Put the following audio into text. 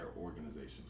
organization's